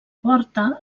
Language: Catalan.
porta